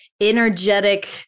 energetic